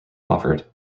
offered